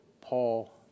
Paul